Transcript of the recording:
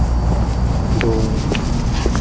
ᱫᱚᱭ